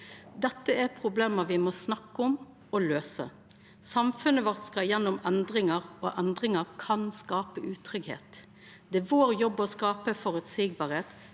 Dette er problem me må snakka om og løysa. Samfunnet vårt skal gjennom endringar, og endringar kan skape utryggleik. Det er vår jobb å skape føreseielegheit,